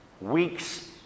Weeks